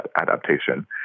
adaptation